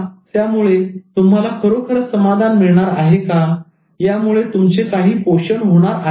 यामुळे तुम्हाला खरोखर समाधान मिळणार आहे का यामुळे तुमचे काही पोषण होणार आहे का